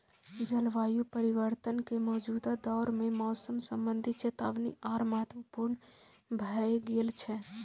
जलवायु परिवर्तन के मौजूदा दौर मे मौसम संबंधी चेतावनी आर महत्वपूर्ण भए गेल छै